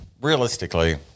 realistically